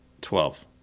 Twelve